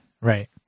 Right